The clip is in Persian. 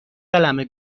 قلمه